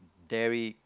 dairy